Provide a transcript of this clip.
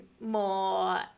more